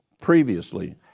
previously